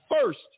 first